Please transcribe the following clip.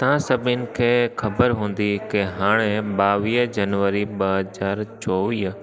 तव्हां सभिनि खे ख़बर हूंदी की हाणे ॿावीह जनवरी ॿ हज़ार चोवीह